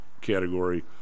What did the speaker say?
category